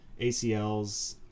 ACLs